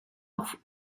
auch